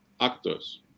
actors